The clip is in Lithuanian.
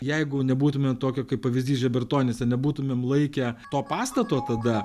jeigu nebūtumėme tokio kaip pavyzdys žibartonyse nebūtumėm laikę to pastato tada